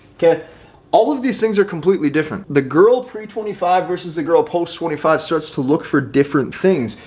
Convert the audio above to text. get all of these things are completely different. the girl pre twenty five versus the girl post twenty five starts to look for different things.